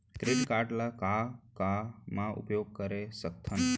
Credit card ला का का मा उपयोग कर सकथन?